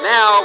Now